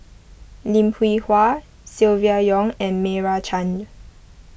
Lim Hwee Hua Silvia Yong and Meira Chand